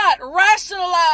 rationalize